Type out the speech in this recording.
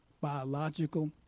biological